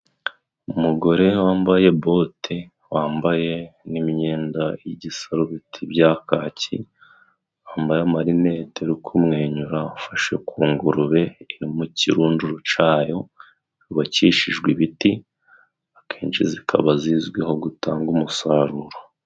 Umugore wambaye bote, wambaye n'imyenda y'igisarubeti bya kaki, wambaye amarinete, uri kumwenyura ufashe ku ngurube iri mu kirundururo cyayo. Yubakishijwe ibiti, akenshi zikaba zizwiho gutanga umusaruro.